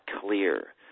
clear